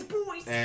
boys